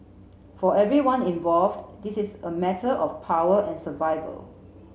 for everyone involved this is a matter of power and survival